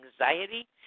anxiety